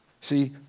See